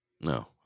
no